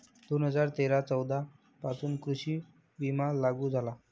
दोन हजार तेरा चौदा पासून कृषी विमा लागू झाला